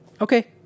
Okay